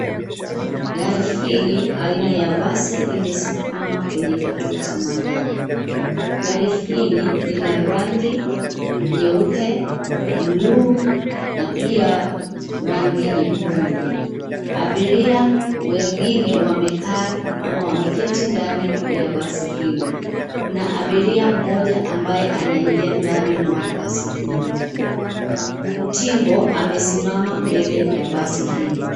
Gari hili aina ya basi limesimama kwenye kituo cha magari. Gari hili ni la rangi nyeupe, buluu, na pia rangi nyekundu. Abiria wengine wamekaa ama wameketi ndani ya basi hilo. Kuna abiria mmoja ambaye anaingia ndani mwa basi lile. Utingo amesimama mbele ya basi hilo.